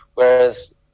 Whereas